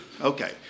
Okay